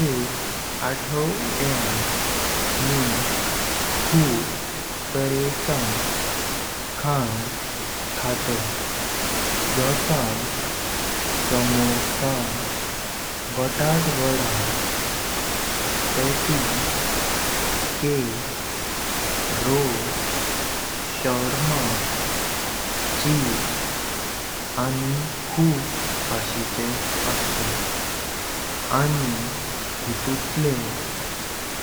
एक आठवड्यान मी खूप तरेचा खान खाताई जसां samosa, batata vada, patties, cake, rolls, shawarma, chips आनी खूप भाशिचे असात। आनी हे तुंलें